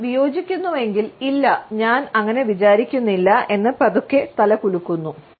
നമ്മൾ വിയോജിക്കുന്നുവെങ്കിൽ "ഇല്ല ഞാൻ അങ്ങനെ വിചാരിക്കുന്നില്ല" എന്ന് പതുക്കെ തല കുലുക്കുന്നു